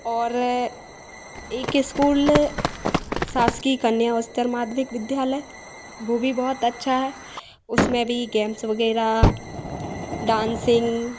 और एक स्कूल शासकीय कन्या अस्तर माध्यमिक विद्यालय वह भी बहुत अच्छा है उसमें भी गेम्स वगैरह डांसिंग